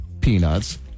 peanuts